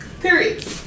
Period